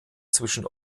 zwischen